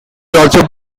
also